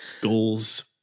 goals